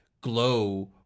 glow